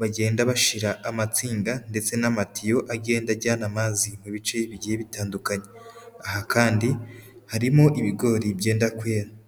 bagenda bashira amatsinda ndetse n'amatiyo agenda ajyana amazi mu bice bigiye bitandukanye, aha kandi harimo ibigori byenda kwera.